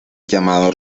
llamado